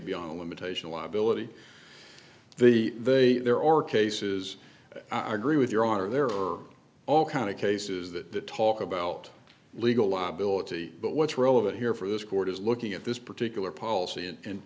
beyond the limitation liability the they there are cases i agree with your honor there are all kind of cases that talk about legal liability but what's relevant here for this court is looking at this particular policy and